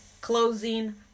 closing